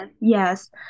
Yes